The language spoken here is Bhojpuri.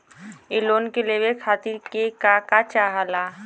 इ लोन के लेवे खातीर के का का चाहा ला?